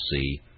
see